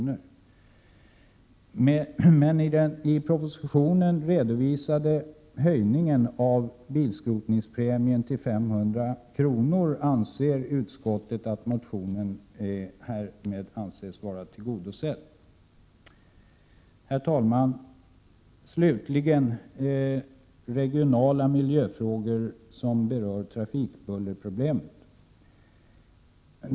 Med den i propositionen redovisade höjningen av bilskrotningspremien till 500 kr. anser utskottet att motionerna får anses tillgodosedda Herr talman! Slutligen några ord om regionala miljöfrågor, som berör trafikbullerproblemen.